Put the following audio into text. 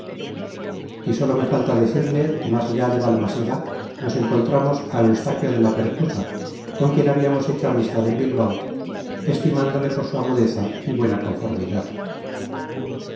y sólo me falta decirle que más allá de balmaseda nos encontramos a eustaquio de la pertusa con quien habíamos hecho amistad en bilbao estimándole por su agudeza y buena conformidad